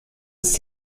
ist